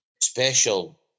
special